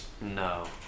No